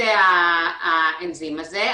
עושה האנזים הזה?